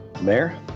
Mayor